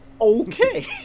Okay